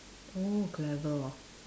oh clever hor